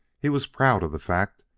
he was proud of the fact,